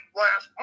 last